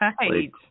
right